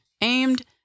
aimed